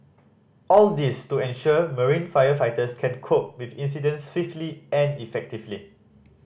all this to ensure marine firefighters can cope with incidents swiftly and effectively